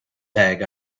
peg